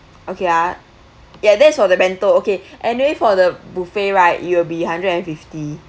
okay ah ya that's for the bento okay and then for the buffet right it will be hundred and fifty